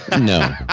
no